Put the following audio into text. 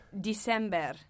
December